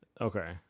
Okay